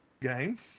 game